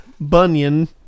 Bunyan